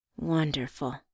Wonderful